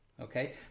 okay